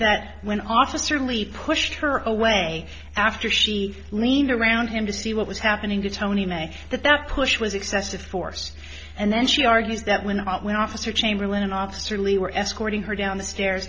that when officer lee pushed her away after she leaned around him to see what was happening to tony make that that push was excessive force and then she argues that when out when officer chamberlain an obscenely were escorting her down the stairs